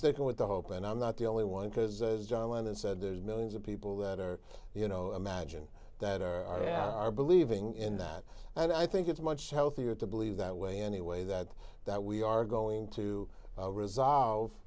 sticking with the hope and i'm not the only one because as john lennon said there's millions of people that are you know imagine that are down are believing in that and i think it's much healthier to believe that way anyway that that we are going to resolve